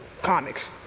comics